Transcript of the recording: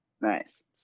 nice